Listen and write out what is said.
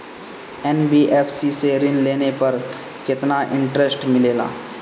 NBFC से ऋण लेने पर केतना इंटरेस्ट मिलेला?